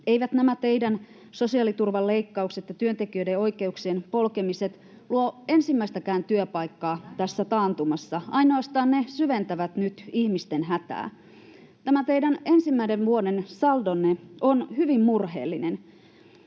Eivät nämä teidän sosiaaliturvan leikkaukset ja työntekijöiden oikeuksien polkemiset luo ensimmäistäkään työpaikkaa tässä taantumassa, ainoastaan ne syventävät nyt ihmisten hätää. Tämä teidän ensimmäisen vuoden saldonne on hyvin murheellinen: